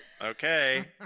okay